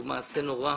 הוא מעשה נורא,